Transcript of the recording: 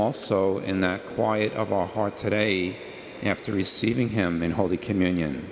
also in the quiet of our heart today after receiving him in holy communion